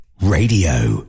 radio